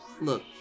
look